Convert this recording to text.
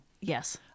Yes